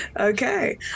Okay